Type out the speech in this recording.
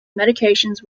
medications